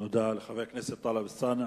תודה לחבר הכנסת טלב אלסאנע.